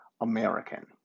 American